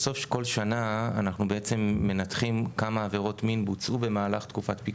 בסוף כל שנה אנחנו מנתחים כמה עברות מין בוצעו במהלך תקופת פיקוח.